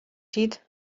siad